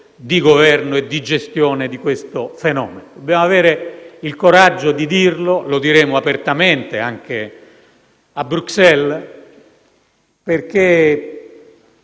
di governo e di gestione di questo fenomeno. Dobbiamo avere il coraggio di dirlo e lo diremo apertamente anche a Bruxelles. Certo,